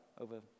over